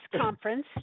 conference